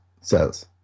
says